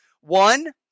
One